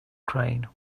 crane